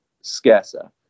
scarcer